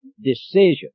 Decision